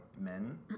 men